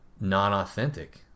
non-authentic